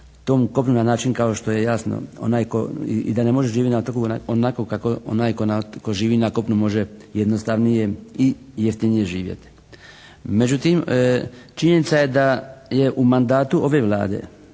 tom kopnu na način kao što je jasno onaj tko, i da ne možeš živjeti na otoku onako kako onaj tko živi na kopnu može jednostavnije i jeftinije živjeti. Međutim činjenica je da je u mandatu ove Vlade